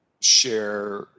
share